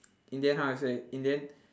in the end how to say in the end